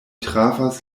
trafas